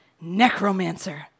Necromancer